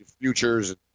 futures